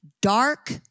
dark